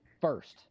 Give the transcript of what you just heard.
first